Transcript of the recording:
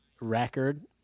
record